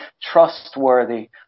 trustworthy